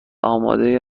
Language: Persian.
امادهی